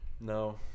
No